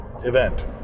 event